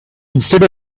instead